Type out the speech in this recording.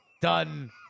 done